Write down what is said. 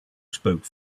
spoke